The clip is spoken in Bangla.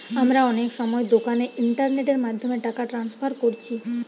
আমরা অনেক সময় দোকানে ইন্টারনেটের মাধ্যমে টাকা ট্রান্সফার কোরছি